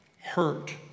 hurt